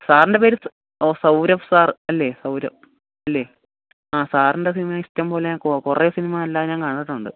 സാറിൻ്റെ പേര് ഓ സൗരവ് സാർ അല്ലേ സൗരവ് അല്ലേ ആ സാറിൻ്റെ സിനിമ ഇഷ്ടംപോലെ ഞാൻ കുറേ സിനിമ എല്ലാം ഞാൻ കണ്ടിട്ടുണ്ട്